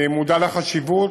אני מודע לחשיבות.